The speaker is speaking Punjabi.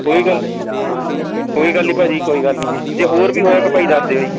ਕੋਈ ਗੱਲ ਕੋਈ ਗੱਲ ਨਹੀਂ ਭਾਅ ਜੀ ਕੋਈ ਗੱਲ ਨਹੀਂ ਜੀ ਜੇ ਹੋਰ ਵੀ ਹੋਇਆ ਤਾਂ ਭਾਅ ਜੀ ਦੱਸ ਦਿਓ ਜੀ